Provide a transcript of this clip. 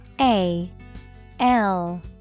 A-L